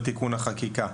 לתיקון החקיקה,